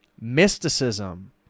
mysticism